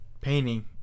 painting